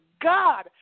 God